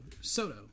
Soto